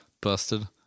busted